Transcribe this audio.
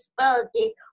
disability